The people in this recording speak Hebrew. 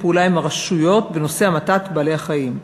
פעולה עם הרשויות בנושא המתת בעלי-החיים.